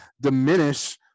diminish